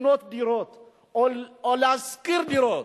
לקנות דירות או לשכור דירות,